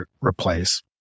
replace